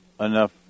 enough